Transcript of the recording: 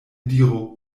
diru